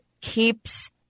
keeps